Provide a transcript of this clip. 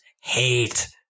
hate